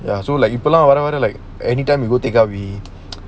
ya so like you இப்பலாம்வரவர:ipalaam vara vara like anytime you go take out to eat